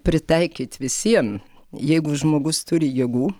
pritaikyt visiem jeigu žmogus turi jėgų